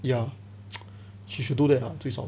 ya she should do that lah 最少